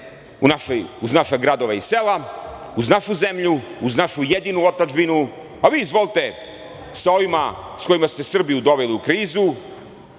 uz naše gradove i sela, uz našu zemlju, uz našu jedinu otadžbinu, a vi izvolite sa ovima sa kojima ste Srbiju doveli u krizu,